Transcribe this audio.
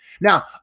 Now